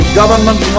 government